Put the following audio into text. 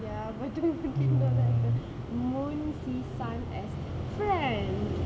ya but nobody know that moon sees sun as friends